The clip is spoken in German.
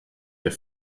der